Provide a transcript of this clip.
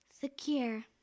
Secure